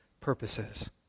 purposes